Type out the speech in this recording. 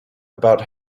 about